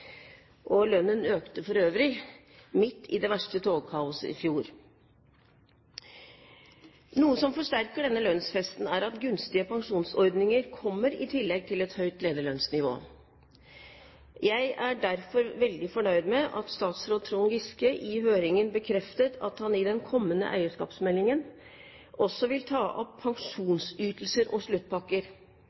Lønnen økte for øvrig midt i det verste togkaoset i fjor. Noe som forsterker denne lønnsfesten, er at gunstige pensjonsordninger kommer i tillegg til et høyt lederlønnsnivå. Jeg er derfor veldig fornøyd med at statsråd Trond Giske i høringen bekreftet at han i den kommende eierskapsmeldingen også vil ta opp pensjonsytelser og sluttpakker.